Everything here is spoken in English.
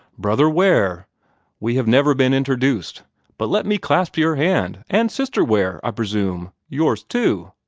brother ware we have never been interduced but let me clasp your hand! and sister ware, i presume yours too!